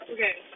Okay